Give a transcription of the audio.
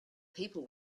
people